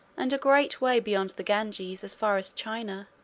and a great way beyond the ganges, as far as china,